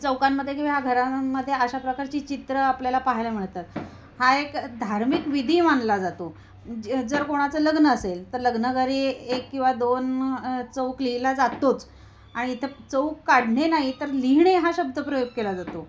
चौकांमध्ये किंवा ह्या घरांमध्ये अशा प्रकारची चित्रं आपल्याला पाहायला मिळतात हा एक धार्मिक विधी मानला जातो ज जर कोणाचं लग्न असेल तर लग्न घरी एक किंवा दोन चौक लिहिला जातोच आणि इथे चौक काढणे नाही तर लिहिणे हा शब्द प्रयोग केला जातो